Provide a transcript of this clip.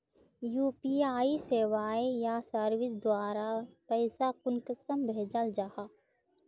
UPI सेवाएँ या services द्वारा पैसा कुंसम भेजाल जाहा?